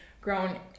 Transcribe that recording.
grown